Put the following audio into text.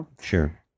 Sure